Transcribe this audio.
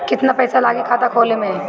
केतना पइसा लागी खाता खोले में?